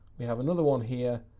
we have another one here,